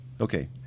Okay